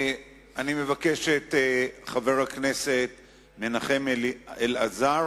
אני מזמין את חבר הכנסת מנחם אליעזר